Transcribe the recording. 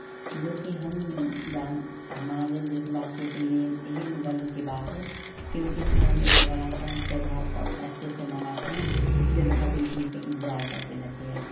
जो कि हम जान हमारे देशवासियों के लिए यही गर्व की बात है क्योंकि साल में एक बार आता है त्योहार और अच्छे से मनाते हैं इसलिए बहुत इन्तज़ार करते रहते हैं